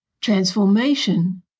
Transformation